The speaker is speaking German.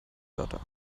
wörter